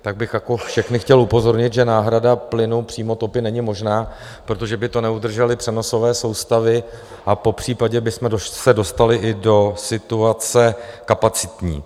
Tak bych všechny chtěl upozornit, že náhrada plynu přímotopy není možná, protože by to neudržely přenosové soustavy, a popřípadě bychom se dostali i do situace kapacitní.